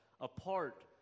apart